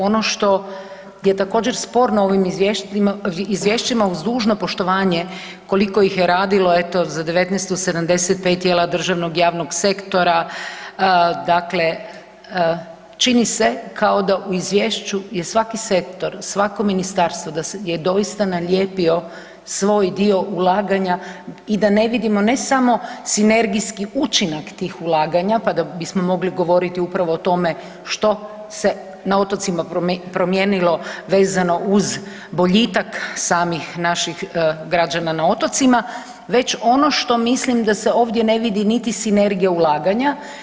Ono što je također sporno u ovim izvješćima uz dužno poštovanje koliko ih je radilo eto za '19.-tu 75 tijela državnog i javnog sektora, dakle čini se kao da u izvješću je svaki sektor, svako ministarstvo da je doista nalijepio svoj dio ulaganja i da ne vidimo ne samo sinergijski učinak tih ulaganja pa da bismo mogli govoriti upravo o tome što se na otocima promijenilo vezano uz boljitak samih naših građana na otocima već ono što mislim da se ovdje ne vidi niti sinergija ulaganja.